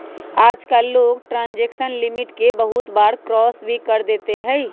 आजकल लोग transaction limit के बहुत बार क्रास भी कर देते हई